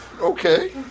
Okay